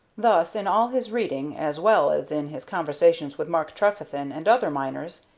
thus, in all his reading, as well as in his conversations with mark trefethen and other miners,